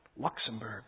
Luxembourg